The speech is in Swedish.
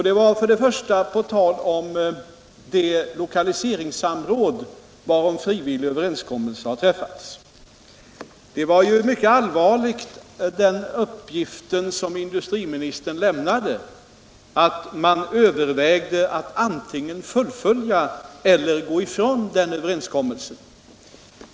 Det gäller talet om de lokaliseringssamråd varom frivillig överensk mmelse har träffats. Den uppgift som industriministern lämnade var ju mycket allvarlig, att man övervägde att antingen fullfölja eller gå ifrån den överenskommelsen.